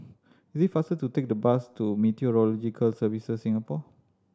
it is faster to take the bus to Meteorological Services Singapore